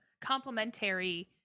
complementary